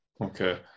okay